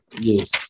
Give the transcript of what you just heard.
yes